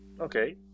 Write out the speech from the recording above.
okay